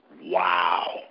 Wow